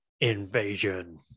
Invasion